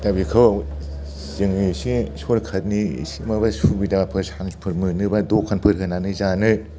दा बेखौ जोङो एसे सरकारनि एसे माबा सुबिदाफोर सान्सफोर मोनोबा दखानफोर होनानै जानो